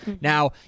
Now